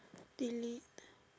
delete